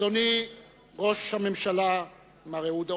אדוני ראש הממשלה, מר אהוד אולמרט,